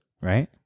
right